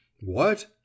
What